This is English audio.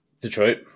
Detroit